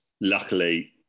luckily